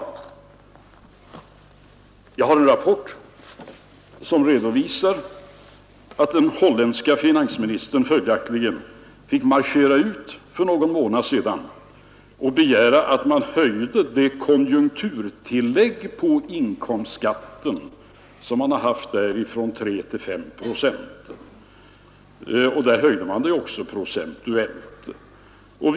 Jag har en rapport som redovisar att den holländske finansministern följaktligen fick marschera ut för en månad sedan och begära höjning av det konjunkturtillägg på inkomstskatten, som man har haft där, från 3 till 5 procent — man höjde det också procentuellt.